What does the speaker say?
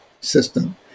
system